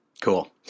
Cool